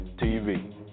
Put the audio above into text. TV